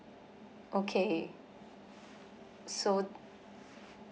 okay so